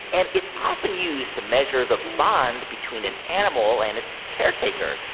and it's often used to measure the bond between an animal and its caretaker,